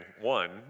one